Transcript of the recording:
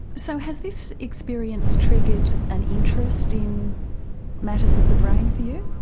so has this experience triggered an interest in matters of the brain for you?